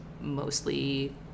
mostly